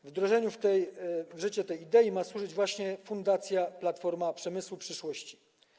Wdrożeniu w życie tej idei ma służyć właśnie Fundacja Platforma Przemysłu Przyszłości.